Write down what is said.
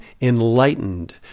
enlightened